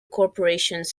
corporations